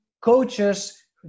coaches